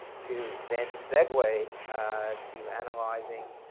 to then segue to analyzing